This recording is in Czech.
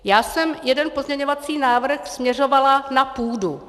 Já jsem jeden pozměňovací návrh směřovala na půdu.